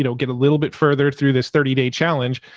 you know get a little bit further through this thirty day challenge.